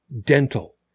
dental